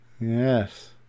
yes